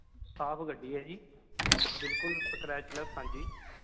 ਸਾਫ਼ ਗੱਡੀ ਹੈ ਜੀ ਬਿਲਕੁਲ ਸਕ੍ਰੈਚਲੈੱਸ ਹਾਂਜੀ